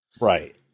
Right